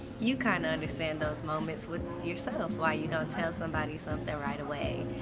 you kind of understand those moments with yourself why you don't tell somebody something right away.